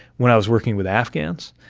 when i was working with afghans,